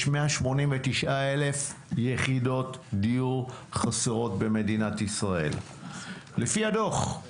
189,000 יחידות דיור חסרות במדינת ישראל לפי הדוח.